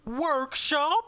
Workshop